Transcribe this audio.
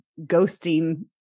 ghosting